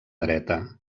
dreta